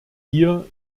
hier